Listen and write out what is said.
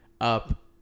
up